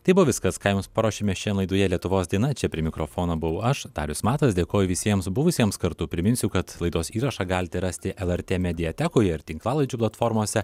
tai buvo viskas ką jums paruošėme šiandien laidoje lietuvos diena čia prie mikrofono buvau aš darius matas dėkoju visiems buvusiems kartu priminsiu kad laidos įrašą galite rasti lrt mediatekoje ir tinklalaidžių platformose